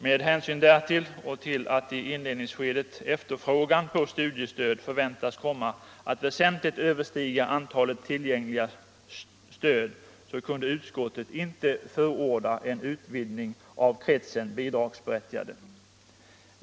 Med hänsyn därtill och till att i inledningsskedet efterfrågan på studiestöd förväntades komma att väsentligt överstiga tillgängliga medel kunde utskottet inte förorda en utvidgning av kretsen bidragsberättigade.